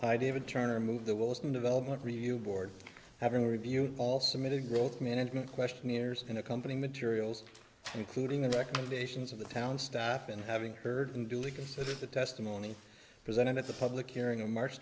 by david turner move the wilson development review board having reviewed all submitted growth management questionnaires in a company materials including the recommendations of the town staff and having heard and duly considered the testimony presented at the public hearing on march